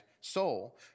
soul